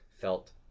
felt